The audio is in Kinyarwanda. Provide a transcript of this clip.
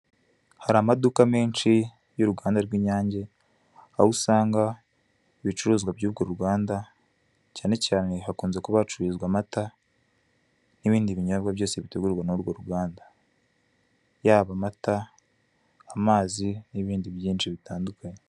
Hari amaduka menshi y'uruganda rw'Inyange aho usanga ibicuruzwa by'urwo ruganda cyane cyane hakunze kuba hacururizwa amata n'ibindi binyobwa byose bitegurwa n'urwo ruganda yaba amata, amazi n'ibindi byinshi bitandukanye.